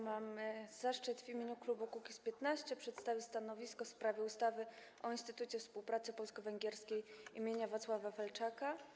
Mamy zaszczyt w imieniu klubu Kukiz’15 przedstawić stanowisko w sprawie ustawy o Instytucie Współpracy Polsko-Węgierskiej im. Wacława Felczaka.